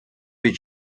під